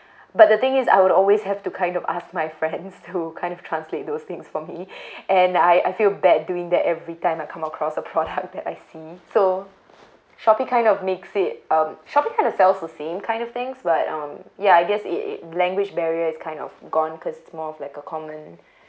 but the thing is I would always have to kind of ask my friends who kind of translate those things for me and I I feel bad doing that everytime I come across a product that I see so shopee kind of makes it um shopee kind of sells the same kind of things but um ya I guess it it language barrier is kind of gone cause it's more of like a common